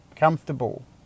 comfortable